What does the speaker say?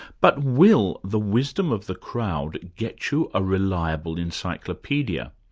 but will the wisdom of the crowd get you a reliable encyclopaedia,